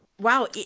Wow